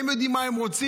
הם יודעים מה הם רוצים,